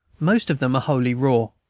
most of them are wholly raw,